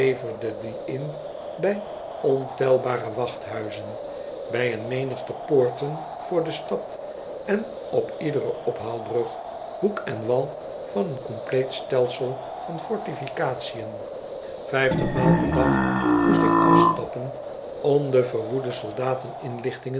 leverde die in bij ontelbare wachthuizen bij een menigte poorten voor de stad en op iedere ophaalbrug hoek en wal van een compleet stelsel van fortificatiön vijftigmaal per dag moest ik afstappen om den verwoeden soldaten inlichtingen